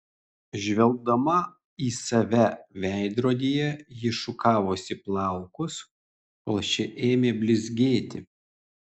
žvelgdama į save veidrodyje ji šukavosi plaukus kol šie ėmė blizgėti